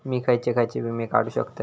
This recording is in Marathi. मी खयचे खयचे विमे काढू शकतय?